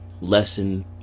lesson